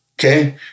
okay